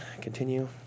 Continue